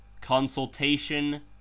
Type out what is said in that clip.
consultation